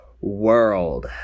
world